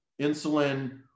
insulin